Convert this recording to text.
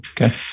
Okay